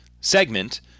segment